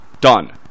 Done